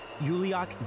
Yuliak